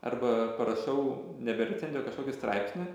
arba prašau nebe recenziją o kažkokį straipsnį